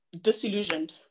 disillusioned